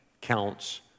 counts